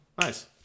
Nice